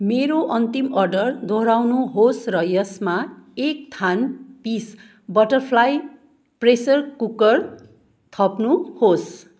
मेरो अन्तिम अर्डर दोहोऱ्याउनुहोस् र यसमा एक थान पिस बटरफ्लाई प्रेसर कुकर थप्नुहोस्